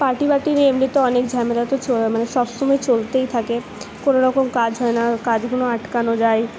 party ওয়ার্টি নিয়ে এমনিতেও অনেক ঝামেলা তো মানে সবসময় চলতেই থাকে কোনো রকম কাজ হয় না কাজ কোনো আটকানো যায়